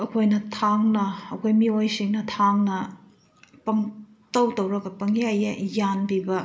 ꯑꯩꯈꯣꯏꯅ ꯊꯥꯡꯅ ꯑꯩꯈꯣꯏ ꯃꯤꯑꯣꯏꯁꯤꯡꯅ ꯊꯥꯡꯅ ꯄꯪꯇꯧ ꯇꯧꯔꯒ ꯄꯪꯌꯥꯟ ꯌꯥꯟꯕꯤꯕ